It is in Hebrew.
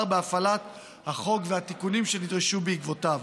בהפעלת החוק והתיקונים שנדרשו בעקבותיו.